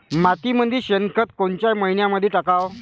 मातीमंदी शेणखत कोनच्या मइन्यामंधी टाकाव?